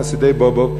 חסידי באבוב,